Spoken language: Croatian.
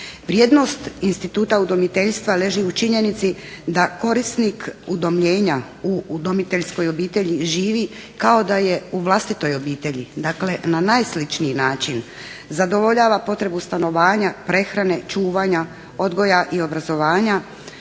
Vrijednost instituta udomiteljstva leži u činjenici da korisnik udomljenja u udomiteljskoj obitelji živi kao da je u vlastitoj obitelji, dakle na najsličniji način, zadovoljava potrebu stanovanja, prehrane, čuvanja, odgoja i obrazovanja